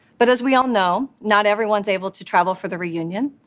but as we all know, not everyone's able to travel for the reunion.